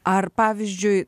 ar pavyzdžiui